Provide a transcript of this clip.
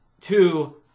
Two